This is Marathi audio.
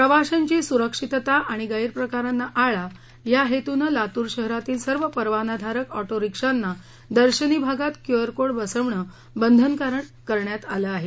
प्रवाशांची सुरक्षिता आणि गैरप्रकारांना आळा या हेतूनं लातूर शहरातील सर्व परवानाधारक ऑटो रिक्षांना दर्शनी भागात QR code quick response code बसवणं बंधनकारक करण्यात आलं आहे